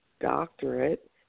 doctorate